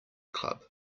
club